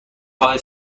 نگاه